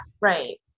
right